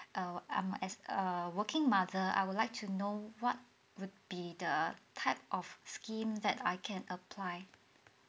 err I'm as a working mother I would like to know what would be the type of scheme that I can apply